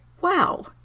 Wow